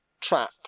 trap